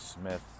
Smith